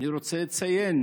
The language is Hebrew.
אני רוצה לציין